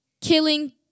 killing